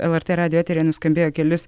lrt radijo eteryje nuskambėjo kelis